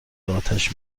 اتش